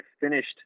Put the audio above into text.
finished